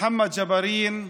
מוחמד ג'בארין,